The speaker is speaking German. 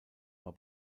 war